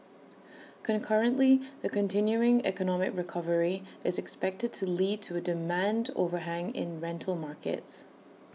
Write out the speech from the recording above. concurrently the continuing economic recovery is expected to lead to A demand overhang in rental markets